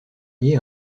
lié